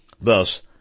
Thus